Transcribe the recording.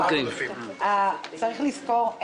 צריך לזכור,